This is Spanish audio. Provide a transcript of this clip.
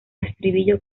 estribillo